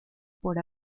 por